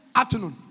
afternoon